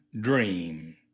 dream